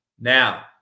Now